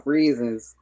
reasons